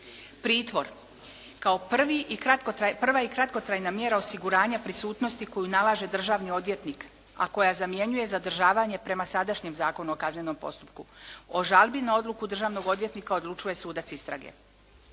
Pritvor kao prva i kratkotrajna mjera osiguranja prisutnosti koju nalaže državni odvjetnik a koja zamjenjuje zadržavanje prema sadašnjem Zakonu o kaznenom postupku. O žalbi na odluku državnog odvjetnika odlučuje sudac istrage.